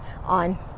on